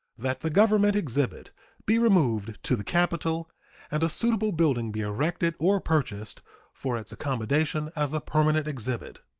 that the government exhibit be removed to the capital and a suitable building be erected or purchased for its accommodation as a permanent exhibit.